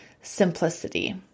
simplicity